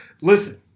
Listen